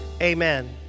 Amen